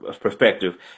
perspective